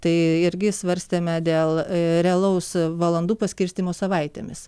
tai irgi svarstėme dėl realaus valandų paskirstymo savaitėmis